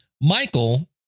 Michael